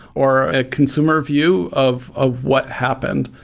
or a consumer view of of what happened.